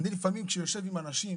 לפעמים כשאני יושב עם אנשים,